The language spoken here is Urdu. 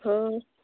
ہاں